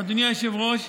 אדוני היושב-ראש,